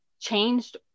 changed